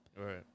Right